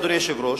אדוני היושב-ראש,